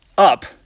up